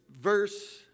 verse